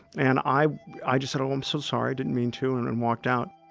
and i i just said, oh, i'm so sorry. i didn't mean to, and and walked out